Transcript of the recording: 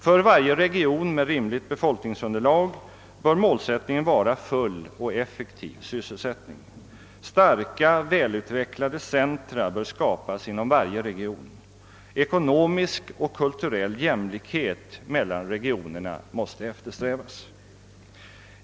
För varje region med rimligt befolkningsunderlag bör målsättningen vara full och effektiv sysselsättning. Starka, välutvecklade centra bör skapas inom varje region. Ekonomisk och kulturell jämlikhet mellan regionerna måste eftersträvas.